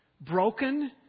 broken